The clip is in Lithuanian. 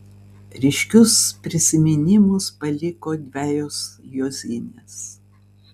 ryškius prisiminimus paliko dvejos juozinės